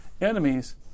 enemies